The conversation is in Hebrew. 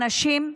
הנשים,